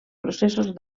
processos